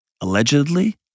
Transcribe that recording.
Allegedly